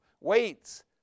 weights